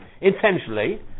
Intentionally